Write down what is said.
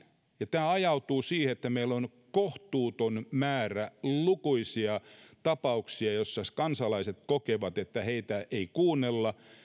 ja tämä ajautuu siihen että meillä on kohtuuton määrä lukuisia tapauksia joissa kansalaiset kokevat että heitä ei kuunnella